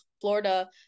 Florida